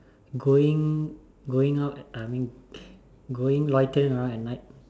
going going out I mean going loitering around at night